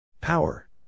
Power